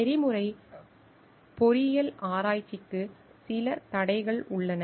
நெறிமுறை பொறியியல் ஆராய்ச்சிக்கு சில தடைகள் உள்ளன